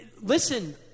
listen